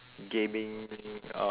gaming uh